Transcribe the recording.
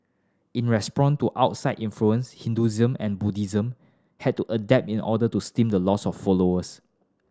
in response to outside influence Hinduism and Buddhism had to adapt in order to stem the loss of followers